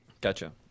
Gotcha